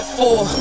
four